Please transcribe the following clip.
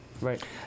Right